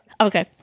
Okay